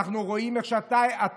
ואנחנו רואים שאתם,